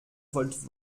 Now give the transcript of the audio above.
wollt